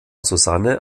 susanne